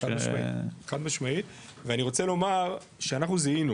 חד-משמעית ואני רוצה לומר שאנחנו זיהנו,